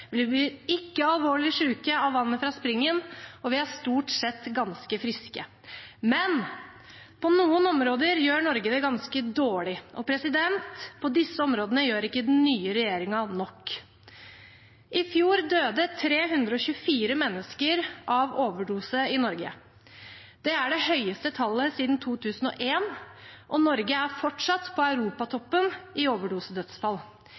vi blir ikke alvorlig syke av vannet fra springen, og vi er stort sett ganske friske. Men på noen områder gjør Norge det ganske dårlig, og på disse områdene gjør ikke den nye regjeringen nok. I fjor døde 324 mennesker av overdose i Norge. Det er det høyeste tallet siden 2001, og Norge er fortsatt på europatoppen i overdosedødsfall,